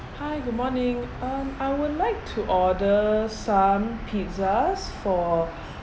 hi good morning um I would like to order some pizzas for